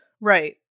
Right